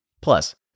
Plus